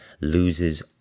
loses